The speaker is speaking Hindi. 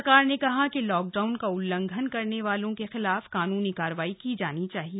सरकार ने कहा कि लॉकडाउन का उल्लंघन करने वालों के खिलाफ कानूनी कार्रवाई की जानी चाहिए